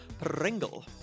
Pringle